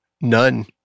None